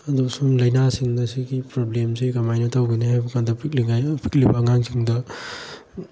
ꯑꯗꯣ ꯁꯨꯝ ꯂꯩꯅꯥꯁꯤꯡ ꯑꯁꯤꯒꯤ ꯄ꯭ꯔꯣꯕ꯭ꯂꯦꯝꯁꯤ ꯀꯃꯥꯏꯅ ꯇꯧꯒꯅꯤ ꯍꯥꯏꯕ ꯀꯥꯟꯗ ꯄꯤꯛꯂꯤꯕ ꯑꯉꯥꯡꯁꯤꯡꯗ